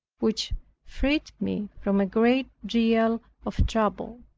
which freed me from a great deal of trouble.